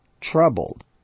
troubled